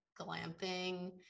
glamping